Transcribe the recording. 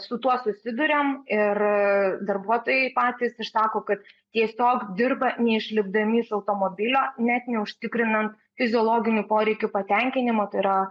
su tuo susiduriam ir darbuotojai patys išsako kad tiesiog dirba neišlipdami iš automobilio net neužtikrinant fiziologinių poreikių patenkinimo tai yra